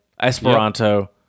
esperanto